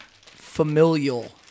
familial